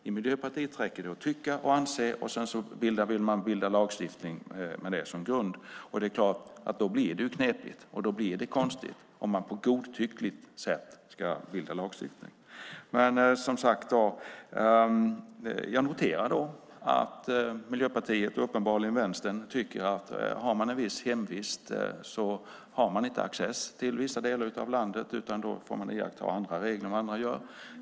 I Miljöpartiet räcker det att tycka och anse och vill sedan bilda lagstiftning med det som grund. Det är klart att det blir knepigt och konstigt om man på godtyckligt sätt ska skapa lagstiftning. Som sagt noterar jag att Miljöpartiet, och uppenbarligen Vänstern, tycker att har man en viss hemvist har man inte access till vissa delar av landet, utan då får man iaktta andra regler än vad andra gör.